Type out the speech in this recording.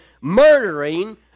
murdering